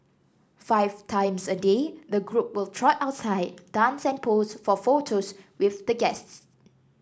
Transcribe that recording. five times a day the group will trot outside dance and pose for photos with the guests